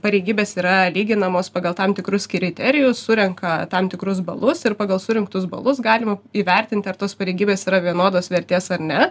pareigybės yra lyginamos pagal tam tikrus kriterijus surenka tam tikrus balus ir pagal surinktus balus galima įvertinti ar tos pareigybės yra vienodos vertės ar ne